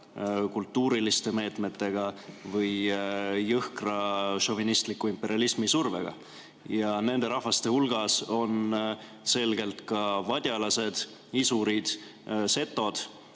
kultuuriliste meetmetega või jõhkra šovinistliku imperialismi survega. Ja nende rahvaste hulgas on selgelt ka vadjalased, isurid, setod,